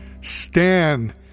Stan